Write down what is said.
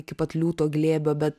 iki pat liūto glėbio bet